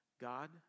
God